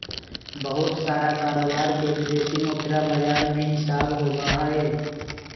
बहुत सारा कारोबार के विदेशी मुद्रा बाजार में हिसाब होबा हई